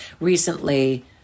recently